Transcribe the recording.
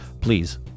please